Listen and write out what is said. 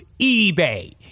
eBay